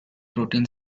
protein